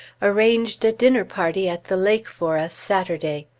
arranged a dinner-party at the lake for us saturday.